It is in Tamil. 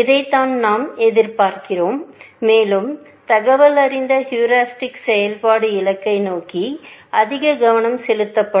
இதைத்தான் நாம் எதிர்பார்க்கிறோம் மேலும் தகவலறிந்த ஹீரிஸ்டிக்செயல்பாடு இலக்கை நோக்கி அதிக கவனம் செலுத்தப்படும்